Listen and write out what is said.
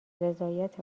رضایت